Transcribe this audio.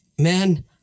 Man